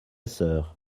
sœur